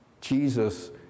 Jesus